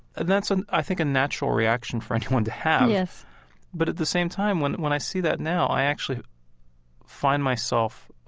and that's, i think, a natural reaction for anyone to have yes but at the same time, when when i see that now, i actually find myself